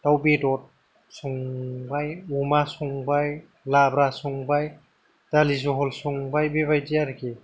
दाउ बेदर संबाय अमा संबाय लाब्रा संबाय दालि जहल संबाय बेबायदि आरोखि